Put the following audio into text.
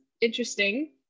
interesting